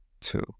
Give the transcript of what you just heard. two